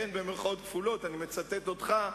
אני מצטט אותך,